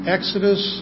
Exodus